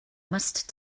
must